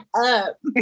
up